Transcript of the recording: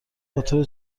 بطور